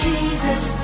Jesus